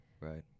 Right